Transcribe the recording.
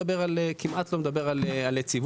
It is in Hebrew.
הוא כמעט ולא מדבר על יציבות.